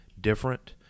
different